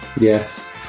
yes